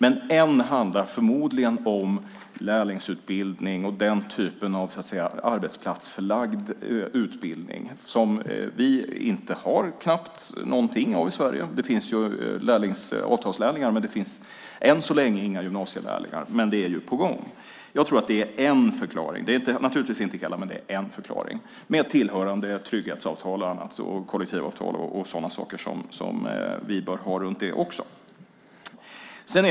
En handlar förmodligen om lärlingsutbildning och den typen av arbetsplatsförlagd utbildning. Det har vi knappt någonting av i Sverige. Det finns ju avtalslärlingar, men det finns än så länge inga gymnasielärlingar, men det är på gång. Det är naturligtvis inte hela förklaringen, men det är en förklaring med tillhörande trygghetsavtal, kollektivavtal och sådana saker som vi bör ha runt det också.